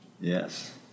yes